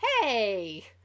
Hey